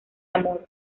amor